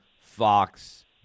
Fox